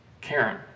Karen